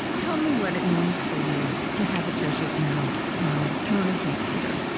tell me what it means for you to have a jesuit now on the throne of st. peter